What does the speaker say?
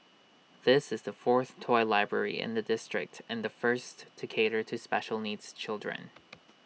this is the fourth toy library in the district and the first to cater to special needs children